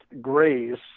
grace